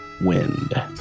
Wind